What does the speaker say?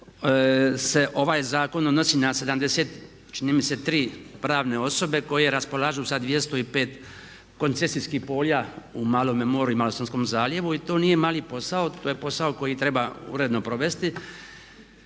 ovaj zakon odnosi na 73 čini mi se pravne osobe koje raspolažu sa 205 koncesijskih polja u Malome moru i Malostonskome zaljevu i to nije mali posao. To je posao koji treba uredno provesti,